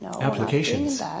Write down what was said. Applications